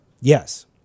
Yes